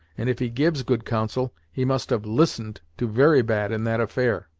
and if he gives good counsel, he must have listened to very bad in that affair.